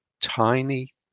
tiny